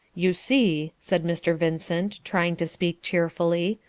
you see, said mr. vincent, trying to speak cheerfully,